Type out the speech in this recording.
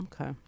Okay